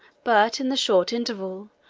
but in the short interval,